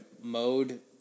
mode